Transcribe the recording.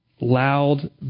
loud